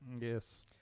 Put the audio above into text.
Yes